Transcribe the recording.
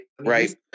Right